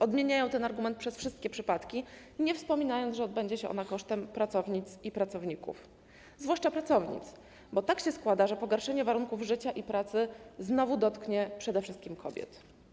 Odmieniają ten argument przez wszystkie przypadki, nie wspominając, że odbędzie się ona kosztem pracownic i pracowników, zwłaszcza pracownic, bo tak się składa, że pogorszenie warunków życia i pracy znowu dotknie przede wszystkim kobiet.